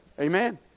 Amen